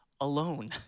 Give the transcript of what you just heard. alone